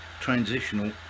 transitional